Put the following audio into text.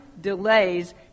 delays